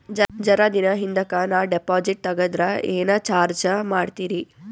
ಜರ ದಿನ ಹಿಂದಕ ನಾ ಡಿಪಾಜಿಟ್ ತಗದ್ರ ಏನ ಚಾರ್ಜ ಮಾಡ್ತೀರಿ?